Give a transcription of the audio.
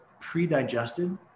pre-digested